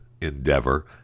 endeavor